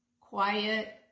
quiet